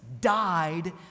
died